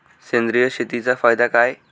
सेंद्रिय शेतीचा फायदा काय?